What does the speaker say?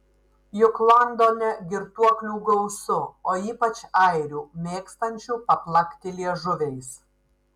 juk londone girtuoklių gausu o ypač airių mėgstančių paplakti liežuviais